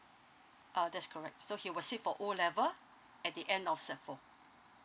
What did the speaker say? uh that's correct so he will sit for O level at the end of sec four